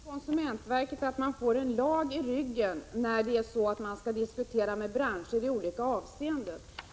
Herr talman! Naturligtvis stärker det konsumentverket att få en lag i ryggen när det skall diskutera med branscher i olika avseenden.